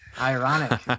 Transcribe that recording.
Ironic